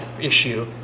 issue